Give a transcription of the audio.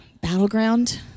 Battleground